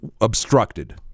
obstructed